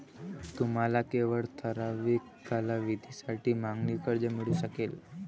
तुम्हाला केवळ ठराविक कालावधीसाठी मागणी कर्ज मिळू शकेल